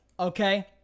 Okay